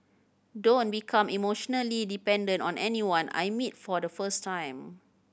don't become emotionally dependent on anyone I meet for the first time